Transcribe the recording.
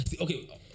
okay